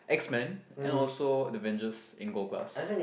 X-Men and also Avengers in gold class